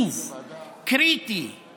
ולהביט על מה שניתן לי